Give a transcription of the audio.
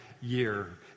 year